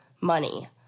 money